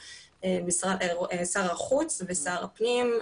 שר החוץ ושר הפנים,